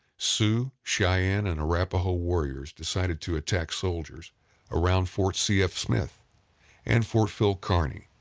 sioux, cheyenne and arapaho warriors decided to attack soldiers around fort c f. smith and fort phil kearny.